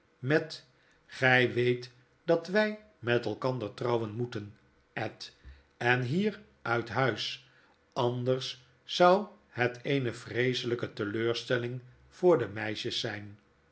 met grij weet dat wij met elkander trouwen moeten ed en hier uit huis anders zou het eene vreeselyke teleurstelling voor de meisjes zyn